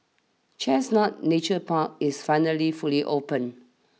Chestnut Nature Park is finally fully open